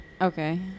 Okay